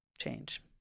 change